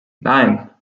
nine